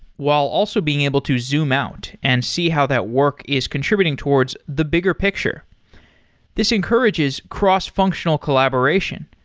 while also being able to zoom out and see how that work is contributing towards the bigger picture this encourages cross-functional collaboration.